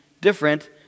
different